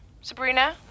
Sabrina